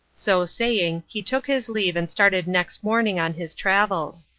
so saying, he took his leave and started next morning on his travels.